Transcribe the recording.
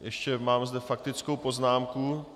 Ještě mám zde faktickou poznámku.